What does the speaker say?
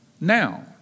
Now